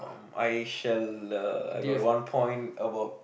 um I shall uh I got one point about